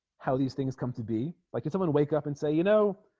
how these things come to be like it someone wake up and say you know